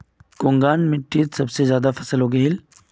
कुनखान मिट्टी सबसे ज्यादा फसल उगहिल?